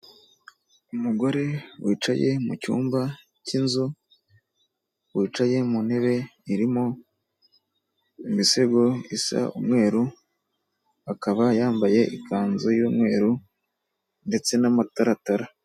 Umugore wicaye mu cyumba cy'inzu, wicaye mu ntebe irimo imisego isa umweru, akaba yambaye ikanzu y'umweru ndetse n'amataratara.